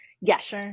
Yes